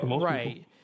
Right